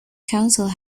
council